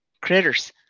critters